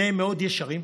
שניהם מאוד ישרים,